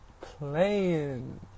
playing